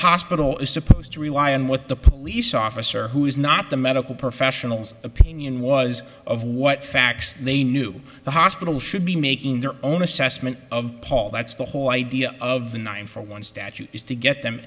hospital is supposed to rely on what the police officer who is not the medical professionals opinion was of what facts they knew the hospital should be making their own assessment of paul that's the whole idea of the nine for one statute is to get them